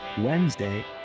Wednesday